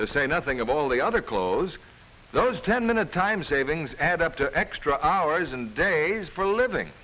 to say nothing of all the other clothes those ten minute time savings add up to extra hours and days for living